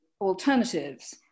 alternatives